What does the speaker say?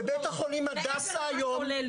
בבית החולים הדסה היום --- נהפוך הוא,